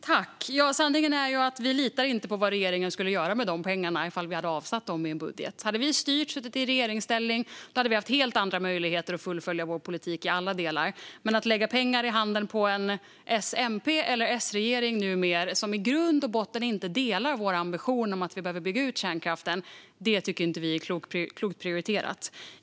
Fru talman! Sanningen är att vi inte litar på vad regeringen skulle göra med de pengarna om vi hade avsatt dem i en budget. Hade vi styrt och suttit i regeringsställning hade vi haft helt andra möjligheter att fullfölja vår politik i alla delar. Men att lägga pengar i handen på en S-MP-regering eller numera en S-regering som i grund och botten inte delar vår ambition att bygga ut kärnkraften, det tycker inte vi är klokt prioriterat.